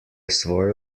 svojo